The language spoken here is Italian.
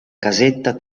casetta